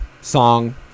song